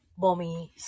Bomi